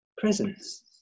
presence